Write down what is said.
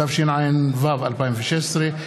התשע"ו 2016,